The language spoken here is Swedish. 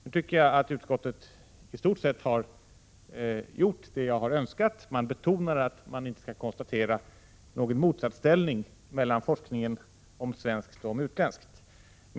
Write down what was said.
Jag tycker att utskottet istort sett har gjort det jag har önskat. Utskottet betonar att man inte skall konstruera någon motsatsställning mellan forskningen om svenskt och om utländskt.